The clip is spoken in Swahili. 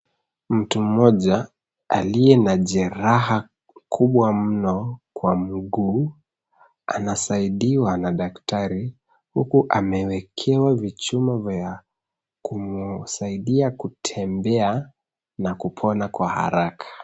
Mtu mmoja, aliye na jeraha kubwa mno kwa mguu, anasaidiwa na daktari huku amewekewa vichuma vya kumusaidia kutembea na kupona kwa haraka.